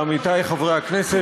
עמיתי חברי הכנסת,